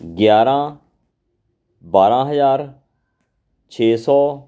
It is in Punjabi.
ਗਿਆਰ੍ਹਾਂ ਬਾਰ੍ਹਾਂ ਹਜ਼ਾਰ ਛੇ ਸੌ